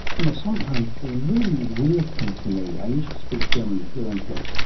you know sometimes the really weird thing for me, i used to speak german fluently,